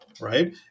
right